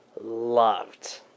loved